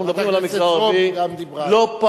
אנחנו מדברים על המגזר הערבי,